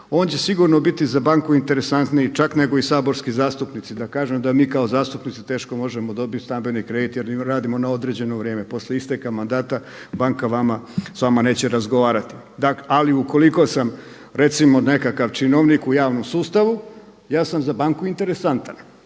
On će sigurno biti za banku interesantniji čak nego i saborski zastupnici. Da kažem da mi kao zastupnici teško možemo dobiti stambeni kredit jer radimo na određeno vrijeme. Poslije isteka mandata banka vama, s vama neće razgovarati. Ali ukoliko sam recimo nekakav činovnik u javnom sustavu ja sam za banku interesantan.